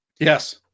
Yes